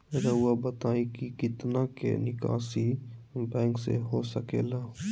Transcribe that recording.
रहुआ बताइं कि कितना के निकासी बैंक से हो सके ला?